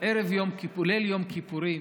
ליל יום כיפורים,